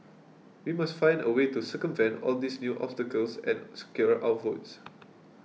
we must find a way to circumvent all these new obstacles and secure our votes